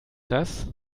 das